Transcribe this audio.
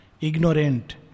ignorant